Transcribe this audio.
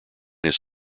his